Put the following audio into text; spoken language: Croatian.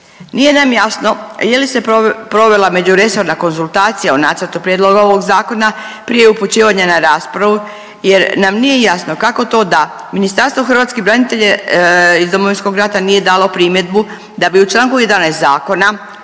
Nije nam jasno je li se provela međuresorna konzultacija o nacrtu prijedloga ovog zakona prije upućivanja na raspravu jer nam nije jasno kako to da Ministarstvo hrvatskih branitelja iz Domovinskog rata nije dalo primjedbu da bi u Članku 11. zakona